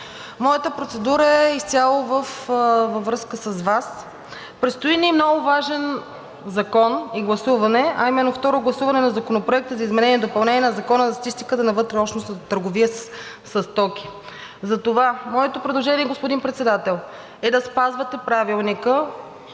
Моята процедура е изцяло във връзка с Вас. Предстои ни много важен закон и гласуване, а именно второто гласуване на Законопроекта за изменение и допълнение на Закона за статистиката на вътрешнообщностната търговия със стоки. Затова моето предложение, господин Председател, е да спазвате Правилника